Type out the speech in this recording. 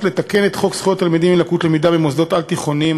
לתקן את חוק זכויות תלמידים עם לקות למידה במוסדות על-תיכוניים,